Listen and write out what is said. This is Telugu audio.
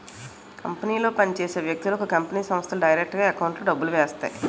కంపెనీలో పని చేసే వ్యక్తులకు కంపెనీ సంస్థలు డైరెక్టుగా ఎకౌంట్లో డబ్బులు వేస్తాయి